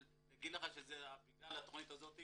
אבל להגיד לך שזה בגלל התכנית הזאת?